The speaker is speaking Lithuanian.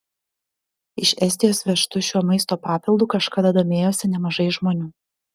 iš estijos vežtu šiuo maisto papildu kažkada domėjosi nemažai žmonių